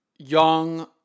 young